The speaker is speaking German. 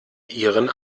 ihren